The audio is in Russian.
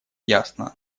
ясно